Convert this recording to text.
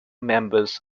members